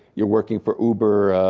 you're working for uber,